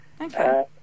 Okay